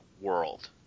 world